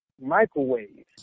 microwave